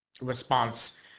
response